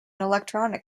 electronic